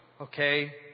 okay